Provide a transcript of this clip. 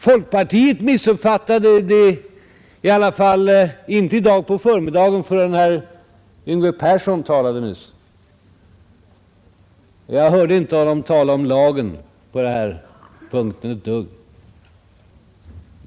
Folkpartiet missuppfattade det i alla fall inte i dag på förmiddagen förrän herr Yngve Persson talade nyss. Jag hörde honom inte tala ett dugg om lagen på den här punkten.